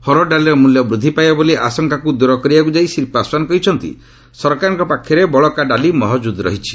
ହରଡ଼ ଡାଲିର ମୂଲ୍ୟ ବୃଦ୍ଧି ପାଇବ ବୋଲି ଆଶଙ୍କାକୁ ଦର କରିବାକୁ ଯାଇ ଶ୍ରୀ ପାଶ୍ୱାନ୍ କହିଛନ୍ତି ସରକାରଙ୍କ ପାଖରେ ବଳକା ଡାଲି ମହକୁଦ୍ ରହିଛି